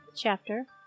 Chapter